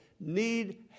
need